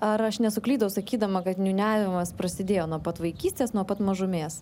ar aš nesuklydau sakydama kad niūniavimas prasidėjo nuo pat vaikystės nuo pat mažumės